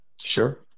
sure